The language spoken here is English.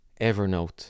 Evernote